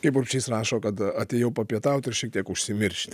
kaip urbšys rašo kad atėjau papietauti ir šiek tiek užsimiršti